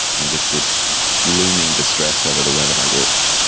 and just this looming distress over the way that i looked.